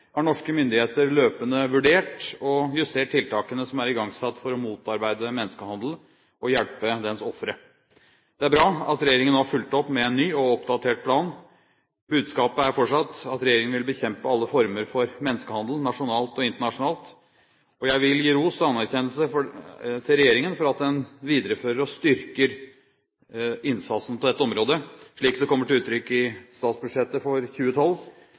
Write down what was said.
har norske myndigheter løpende vurdert og justert tiltakene som er igangsatt for å motarbeide menneskehandel og hjelpe dens ofre. Det er bra at regjeringen nå har fulgt opp med en ny og oppdatert plan. Budskapet er fortsatt at regjeringen vil bekjempe alle former for menneskehandel, nasjonalt og internasjonalt. Jeg vil gi ros og anerkjennelse til regjeringen for at den viderefører og styrker innsatsen på dette området, slik det kommer til uttrykk i statsbudsjettet for 2012.